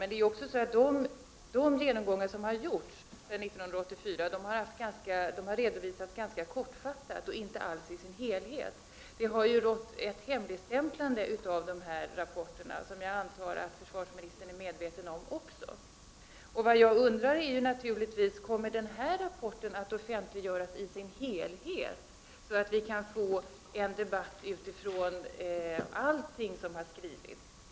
Men de genomgångar som gjorts sedan 1984 har redovisats ganska kortfattat och inte alls i sin helhet. Det har förekommit ett hemligstämplande av dessa rapporter, något som jag förmodar att också försvarsministern är medveten om. Vad jag undrar är naturligtvis om den här rapporten kommer att offentliggöras i dess helhet, så att vi kan få en debatt med utgångspunkt i allt som skrivits.